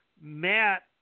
Matt